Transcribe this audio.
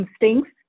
instincts